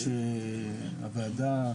הוועדה,